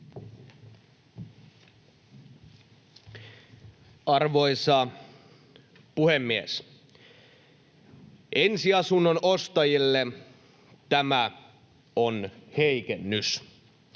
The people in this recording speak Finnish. Arvoisa puhemies! ”Ensiasunnon ostajille tämä on heikennys”,